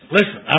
Listen